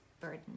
burden